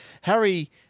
Harry